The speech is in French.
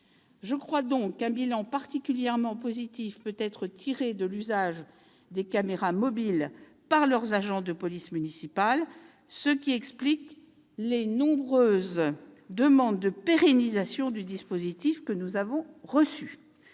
Je crois donc qu'un bilan particulièrement positif peut être tiré de l'usage des caméras mobiles par les agents de police municipale, ce qui explique les nombreuses demandes de pérennisation du dispositif que nous avons reçues.